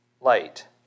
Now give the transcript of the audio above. light